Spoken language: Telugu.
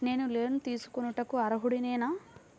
నేను లోన్ తీసుకొనుటకు అర్హుడనేన?